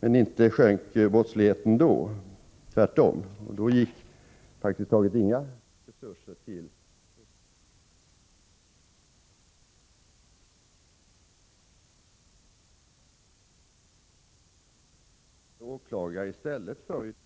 men inte sjönk brottsligheten då — tvärtom. Och då gick ändå praktiskt taget inga resurser till ekobrottsligheten. När det gäller hur många brott som skall föras till domstol vill jag säga följande. När brottmål slutar hos polis eller åklagare i stället för i domstol betyder detta inte att påföljden blir mildare. Böterna blir desamma om polisen, åklagaren eller domstolen utfärdar dem. Det är heller ingen större skillnad att få villkorlig dom vid domstol mot att få åtalsunderlåtelse av åklagare.